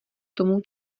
tomu